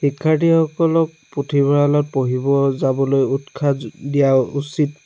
শিক্ষাৰ্থীসকলক পুথিভৰাঁলত পঢ়িব যাবলৈ উৎসাহ দিয়া উচিত